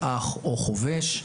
אח או חובש,